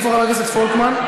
איפה חבר הכנסת פולקמן?